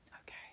Okay